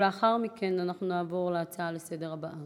ולאחר מכן אנחנו נעבור להצעה לסדר-היום הבאה.